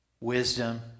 wisdom